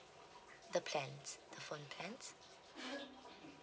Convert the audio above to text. the plans the phone plans